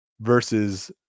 versus